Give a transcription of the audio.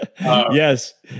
yes